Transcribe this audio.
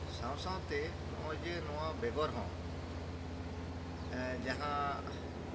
ᱥᱟᱶᱼᱥᱟᱶᱛᱮ ᱱᱚᱜᱼᱚᱭᱡᱮ ᱱᱚᱣᱟ ᱵᱮᱜᱚᱨ ᱦᱚᱸ ᱡᱟᱦᱟᱸ